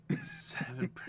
Seven